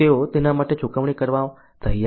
શું તેઓ તેના માટે ચૂકવણી કરવા તૈયાર છે